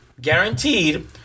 guaranteed